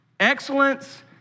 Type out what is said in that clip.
Excellence